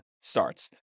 starts